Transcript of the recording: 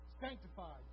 Sanctified